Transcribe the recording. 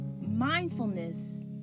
mindfulness